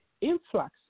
influx